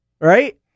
right